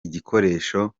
igikoresho